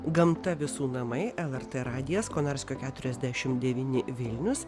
gamta visų namai lrt radijas konarskio keturiasdešim devyni vilnius